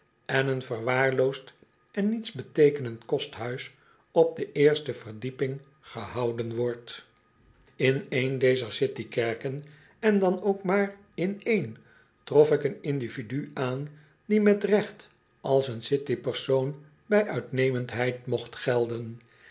en een verwaarloosd en nietsbeteekenend kosthuis op de eerste verdieping gehouden wordt in een dezer city kerken en dan ook maar in één trof ik een individu aan die met recht als een city persoon bij uitnemendheid mocht gelden